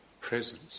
presence